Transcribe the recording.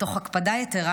תוך הקפדה יתרה,